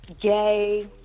Gay